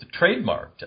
trademarked